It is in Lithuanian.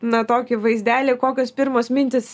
na tokį vaizdelį kokios pirmos mintys